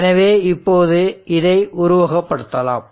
எனவே இப்போது இதை உருவகப் படுத்தலாம்